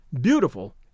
beautiful